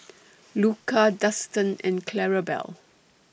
Luka Dustan and Clarabelle